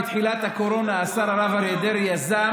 בתחילת הקורונה השר הרב אריה דרעי יזם